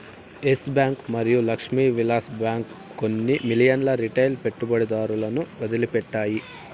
yes Bank మరియు Lakshmi Vilas Bank కొన్ని మిలియన్ల రిటైల్ పెట్టుబడిదారులను వదిలిపెట్టాయి